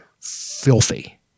filthy